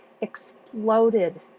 exploded